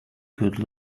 good